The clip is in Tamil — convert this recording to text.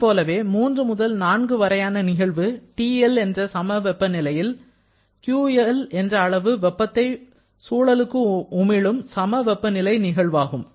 அதைப்போலவே 3 முதல் 4 வரையான நிகழ்வு TL என்ற வெப்பநிலையில் QL என்ற அளவு வெப்பத்தை சூழலுக்கு உமிழும் சம வெப்பநிலை நிகழ்வாகும்